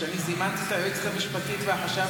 כשאני זימנתי את היועצת המשפטית והחשב